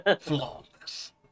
Flawless